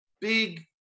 big –